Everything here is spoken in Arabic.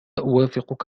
أوافقك